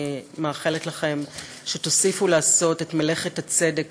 אני מאחלת לכם שתמשיכו לעשות את מלאכת הצדק